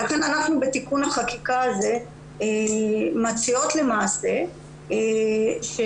לכן אנחנו בתיקון החקיקה הזה מציעות למעשה שא.